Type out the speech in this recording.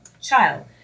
child